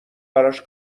براش